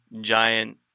giant